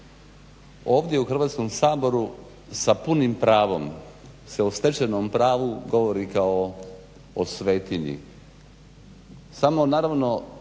Ovdje u Hrvatskom saboru se s punim pravo o stečenom pravu govori kao o svetinji.